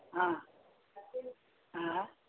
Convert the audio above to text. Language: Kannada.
ಹಾಂ ಹಾಂ